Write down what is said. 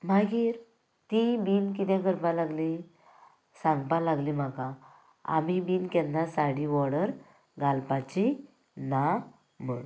मागीर तीय बीन कितें करपा लागलीं सांगपा लागलीं म्हाका आमी बीन केन्ना साडी वॉर्डर घालपाची ना म्हूण